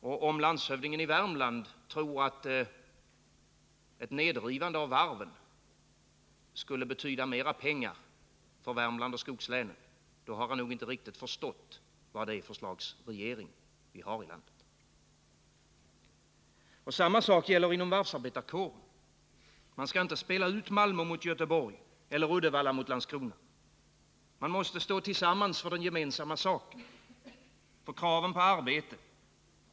Och om landshövdingen i Värmland tror att ett nedrivande av varven skulle betyda mer pengar för Värmland och skogslänen — då har han nog inte riktigt förstått vad det är för slags regering vi har i landet. Och samma sak gäller inom varvsarbetarkåren. Man skall inte spela ut Malmö mot Göteborg eller Uddevalla mot Landskrona. Man måste stå tillsammans för den gemensamma saken. För kraven på arbete.